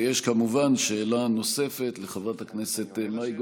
ויש כמובן שאלה נוספת לחברת הכנסת מאי גולן.